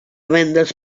vendes